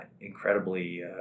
incredibly